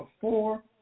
four